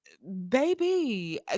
baby